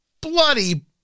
bloody